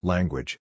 Language